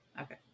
Okay